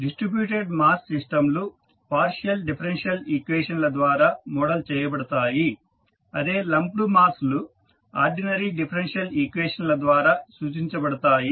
distributed mass సిస్టంలు partial differential equation ల ద్వారా మోడల్ చేయబడతాయి అదే లంప్డ్ మాస్ లు ఆర్డినరీ డిఫరెన్షియల్ ఈక్వేషన్ ల ద్వారా సూచించబడతాయి